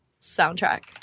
soundtrack